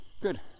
good